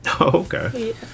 okay